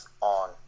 on